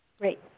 Great